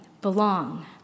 belong